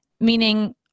Meaning